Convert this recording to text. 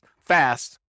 fast